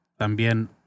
también